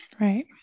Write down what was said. right